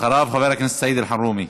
אחריו, חבר הכנסת סעיד אלחרומי.